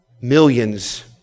millions